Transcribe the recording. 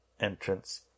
entrance